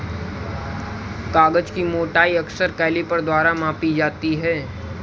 कागज की मोटाई अक्सर कैलीपर द्वारा मापी जाती है